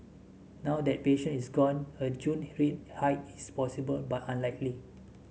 now that patient is gone a June rate hike is possible but unlikely